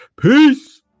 peace